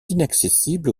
inaccessibles